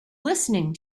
listening